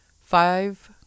five